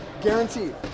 Guaranteed